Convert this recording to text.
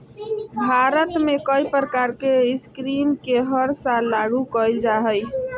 भारत में कई प्रकार के स्कीम के हर साल लागू कईल जा हइ